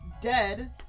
Dead